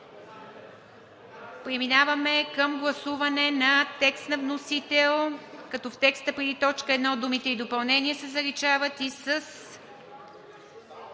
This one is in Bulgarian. Преминаваме към гласуване на текста на вносителя, като в текста преди т. 1 думите „и допълнение“ се заличават, само